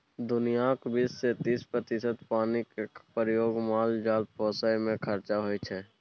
दुनियाँक बीस सँ तीस प्रतिशत पानिक प्रयोग माल जाल पोसय मे खरचा होइ छै